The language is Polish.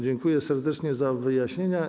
Dziękuję serdecznie za wyjaśnienia.